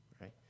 right